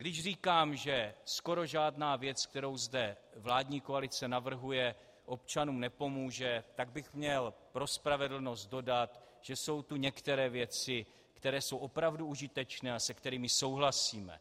Když říkám, že skoro žádná věc, kterou zde vládní koalice navrhuje, občanům nepomůže, tak bych měl pro spravedlnost dodat, že jsou tu některé věci, které jsou opravdu užitečné a se kterými souhlasíme.